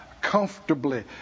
comfortably